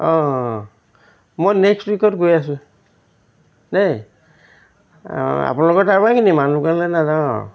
অঁ মই নেক্সট উইকত গৈ আছোঁ দেই আপোনালোকৰ তাৰ পৰাই কিনিম মানুহজনলৈ নাযাওঁ আৰু